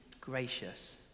gracious